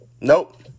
Nope